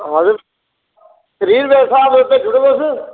हां ते त्रीह् रपेऽ स्हाब भेजी ओड़ो तुस